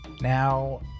now